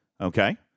Okay